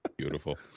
beautiful